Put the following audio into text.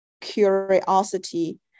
curiosity